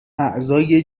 اعضای